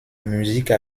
musique